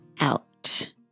out